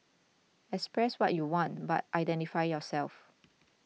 express what you want but identify yourself